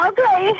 Okay